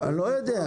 אני לא יודע.